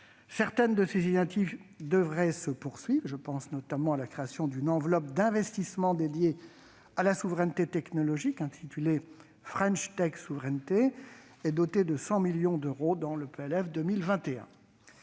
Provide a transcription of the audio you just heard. certaines de ces initiatives devraient se poursuivre. Je pense, notamment, à la création d'une enveloppe d'investissement consacrée à la souveraineté technologique, intitulée « French Tech Souveraineté », et dotée de 100 millions d'euros dans le PLF pour